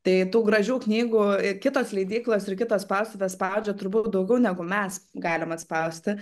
tai tų gražių knygų kitos leidyklos ir kitos spaustuvės spaudžia turbūt daugiau negu mes galim atspausti